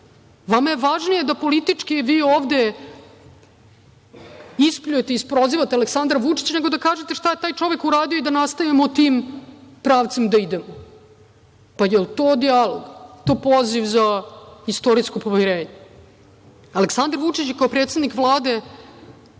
Vama je važnije da politički vi ovde ispljujete i isprozivate Aleksandra Vučića nego da kažete šta je taj čovek uradio i da nastavimo tim pravcem da idemo. Jel to dijalog? Jel to poziv za istorijsko pomirenje? Aleksandar Vučić kao predsednik Vlade